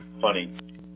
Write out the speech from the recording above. funny